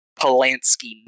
polanski